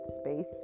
space